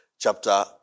chapter